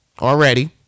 already